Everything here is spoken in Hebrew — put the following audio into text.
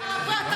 סגן שר הבריאות.